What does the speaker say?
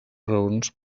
raons